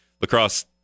lacrosse